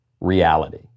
reality